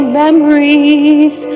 memories